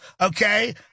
okay